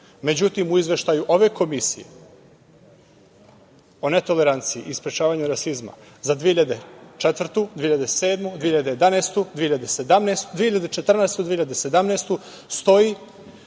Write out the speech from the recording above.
Međutim, u izveštaju ove komisije o netoleranciji i sprečavanju rasizma za 2004, 2007, 2011, 2014, 2017. godinu stoji